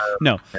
No